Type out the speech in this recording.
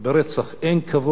ברצח אין כבוד